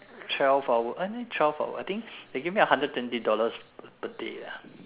twelve hour eh twelve hour I think they gave me a hundred and twenty dollars per day lah